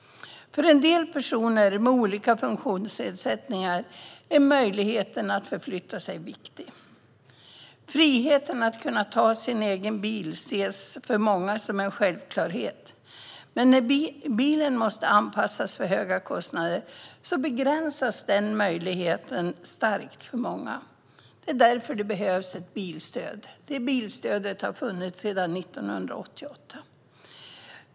För en del personer med olika funktionsnedsättningar är möjligheten att förflytta sig viktig. Friheten att kunna ta sin egen bil ses för många som en självklarhet. Men när bilen måste anpassas för höga kostnader begränsas den möjligheten starkt för många. Det är därför som det behövs ett bilstöd, och detta bilstöd har funnits sedan 1988.